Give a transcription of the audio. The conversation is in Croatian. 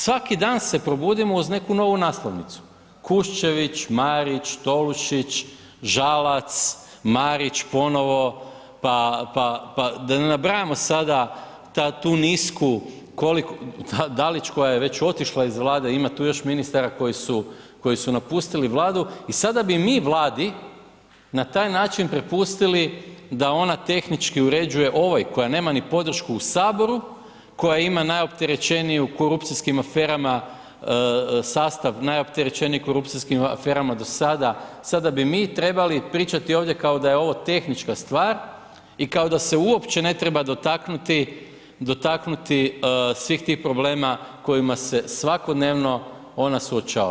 Svaki dan se probudimo uz neku novu naslovnicu, Kuščević, Marić, Tolušić, Žalac, Marić ponovo, pa da ne nabrajamo sada tu nisku, Dalić, koja je već otišla iz Vlade, ima tu još ministara koji su napustili Vladu i sada bi mi Vladi na taj način prepustili da ona tehnički uređuje ovaj koja nema ni podršku u Saboru, koja ima najopterećeniju korupcijskim aferama sastav, najopterećeniji korupcijskim aferama do sada, sada bi mi trebali pričati ovdje kao da je ovo tehnička stvar i kao da se uopće ne treba dotaknuti svih tih problema kojima se svakodnevno ona suočava.